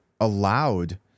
allowed